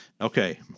okay